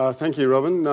ah thank you robyn.